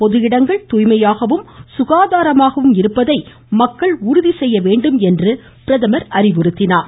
பொதுஇடங்கள் தூய்மையாகவும் சுகாதாரமாகவும் இருப்பதை மக்கள் செய்ய உறுதி வேண்டும் என்று அவர் அறிவுறுத்தினார்